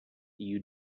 you